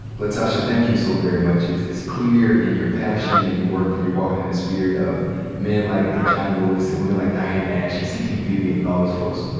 latosha, thank you so very much. it's it's clear in your passion and your work that you're walkin' in the spirit of men like john lewis and women like diane nash, and c. t. vivian, and all those folks.